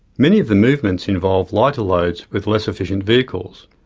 many of the movements involve lighter loads with less efficient vehicles.